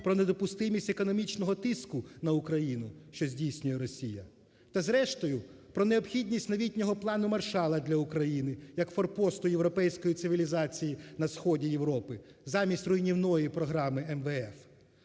про недопустимість економічного тиску на Україну, що здійснює Росія. Та, зрештою, про необхідність новітнього "Плану Маршалла" для України як форпосту європейської цивілізації на сході Європи замість руйнівної програми МВФ.